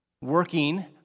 working